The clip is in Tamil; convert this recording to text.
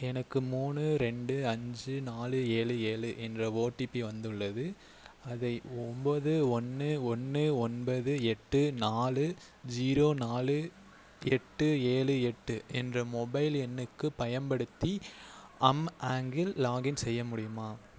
எனக்கு மூணு ரெண்டு அஞ்சு நாலு ஏழு ஏழு என்ற ஓடிபி வந்துள்ளது அதை ஒம்போது ஒன்று ஒன்று ஒன்பது எட்டு நாலு ஜீரோ நாலு எட்டு ஏழு எட்டு என்ற மொபைல் எண்ணுக்குப் பயன்படுத்தி அம்அங்கிள் லாகின் செய்ய முடியுமா